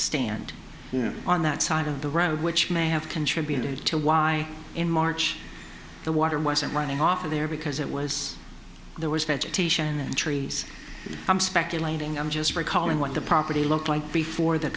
stand on that side of the road which may have contributed to why in march the water wasn't running off of there because it was there was vegetation and trees i'm speculating i'm just recalling what the property looked like before the